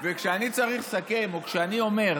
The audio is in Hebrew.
וכשאני צריך לסכם, כשאני אומר,